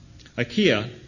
IKEA